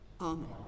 Amen